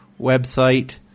website